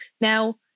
Now